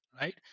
Right